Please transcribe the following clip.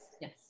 Yes